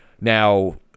Now